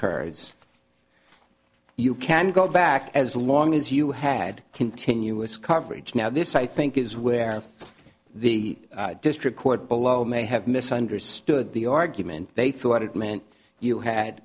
rs you can go back as long as you had continuous coverage now this i think is where the district court below may have misunderstood the argument they thought it meant you had